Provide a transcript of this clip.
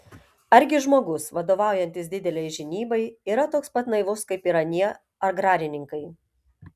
argi žmogus vadovaujantis didelei žinybai yra toks pat naivus kaip ir anie agrarininkai